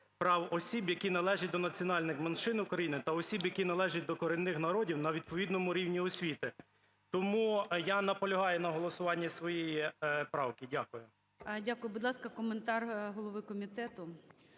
прав осіб, які належать до національних меншин України, та осіб, які належать до корінних народів на відповідному рівні освіти. Тому я наполягаю на голосуванні своєї правки. Дякую. ГОЛОВУЮЧИЙ. Дякую. Будь ласка, коментар голови комітету.